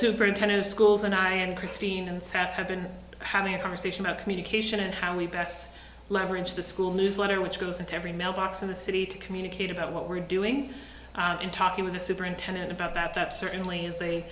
superintendent of schools and i and christine and south have been having a conversation about communication and how we best leverage the school newsletter which goes into every mailbox in the city to communicate about what we're doing in talking with the superintendent about that that certainly is a